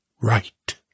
right